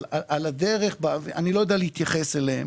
רק על הדרך אני לא יודע להתייחס אליהן.